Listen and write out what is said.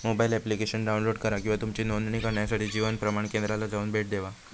mobile application download करा किंवा तुमची नोंदणी करण्यासाठी जीवन प्रमाण केंद्राला जाऊन भेट देवा